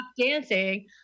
dancing